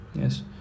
Yes